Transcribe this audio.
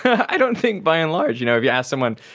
i don't think by and large, you know, if you ask someone,